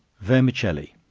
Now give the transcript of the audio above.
vermicelli.